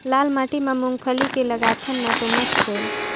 लाल माटी म मुंगफली के लगाथन न तो मस्त होयल?